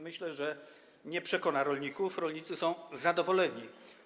Myślę, że nie przekona rolników, rolnicy są zadowoleni.